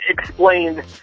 explain